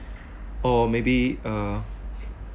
or maybe uh